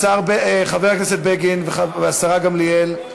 חבר הכנסת בגין והשרה גמליאל.